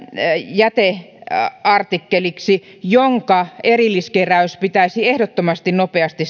jäteartikkeliksi jonka erilliskeräys pitäisi ehdottomasti nopeasti